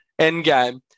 Endgame